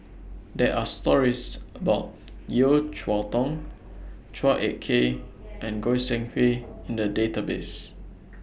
There Are stories about Yeo Cheow Tong Chua Ek Kay and Goi Seng Hui in The Database